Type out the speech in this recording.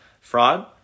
fraud